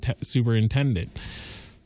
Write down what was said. superintendent